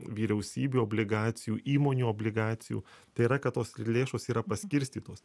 vyriausybių obligacijų įmonių obligacijų tai yra kad tos lėšos yra paskirstytos